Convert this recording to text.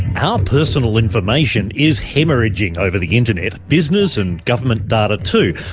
our personal information is haemorrhaging over the internet. business and government data too.